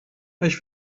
ich